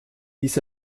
ließ